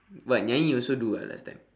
what nyai also do ah last time